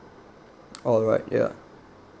alright yeah